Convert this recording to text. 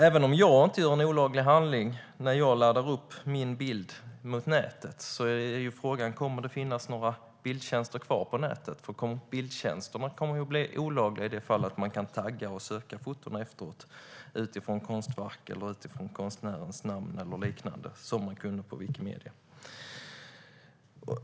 Även om jag inte begår en olaglig handling när jag laddar upp min bild är frågan om det kommer att finnas några bildtjänster kvar på nätet. Bildtjänsterna kommer ju att bli olagliga om man kan tagga och söka fotona utifrån konstverk, konstnärens namn eller liknande, som man kunde på Wikimedia.